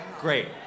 Great